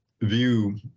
view